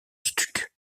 stucs